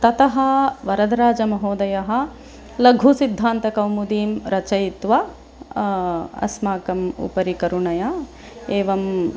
ततः वरदराजमहोदयः लघुसिद्धान्तकौमुदीं रचयित्वा अस्माकम् उपरि करुणया एवम्